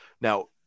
Now